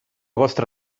vostra